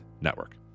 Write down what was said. Network